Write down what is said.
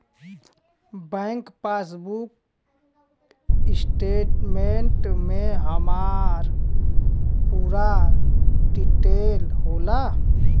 bank passbook statement में हमार पूरा डिटेल होला